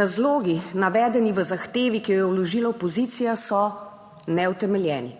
Razlogi, navedeni v zahtevi, ki jo je vložila opozicija, so neutemeljeni,